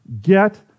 get